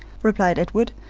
replied edward.